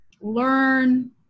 learn